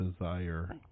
desire